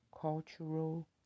cultural